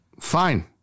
Fine